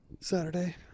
Saturday